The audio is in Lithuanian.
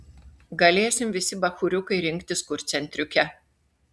galėsim visi bachūriukai rinktis kur centriuke